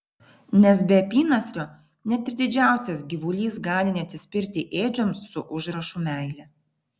nes be apynasrio net ir didžiausias gyvulys gali neatsispirti ėdžioms su užrašu meilė